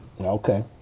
okay